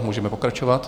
Můžeme pokračovat.